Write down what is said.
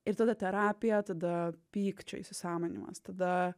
ir tada terapija tada pykčio įsisąmoninimas tada